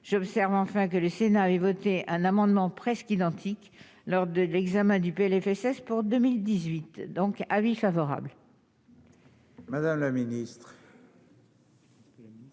j'observe enfin que le Sénat avait voté un amendement presque identique lors de l'examen du Plfss pour 2018, donc avis favorable. Madame la ministre.